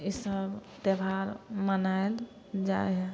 इसब त्यौहार मनाएल जाइ हइ